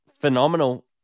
phenomenal